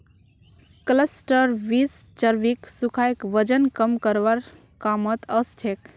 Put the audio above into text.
cluster beans चर्बीक सुखाए वजन कम करवार कामत ओसछेक